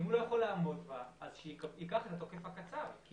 אם הוא לא יכול לעמוד בה, שייקח את התוקף הקצר.